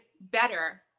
better